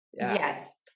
Yes